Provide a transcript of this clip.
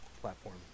platform